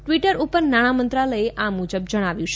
Twitter ઉપર નાણાં મંત્રાલયે આ મુજબ જણાવ્યું છે